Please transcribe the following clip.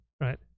right